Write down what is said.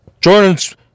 Jordan's